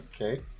Okay